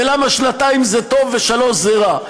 ולמה שנתיים זה טוב ושלוש זה רע?